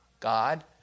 God